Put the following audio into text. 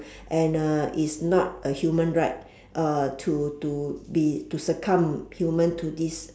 and uh it's not a human right uh to to be to succumb human to this